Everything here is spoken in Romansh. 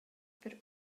per